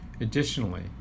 Additionally